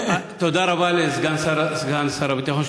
תודה רבה לסגן שר הביטחון,